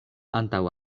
antaŭ